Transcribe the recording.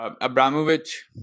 Abramovich